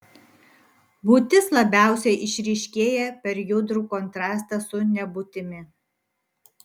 būtis labiausiai išryškėja per judrų kontrastą su nebūtimi